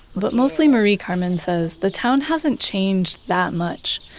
but mostly marie-carmen says the town hasn't changed that much.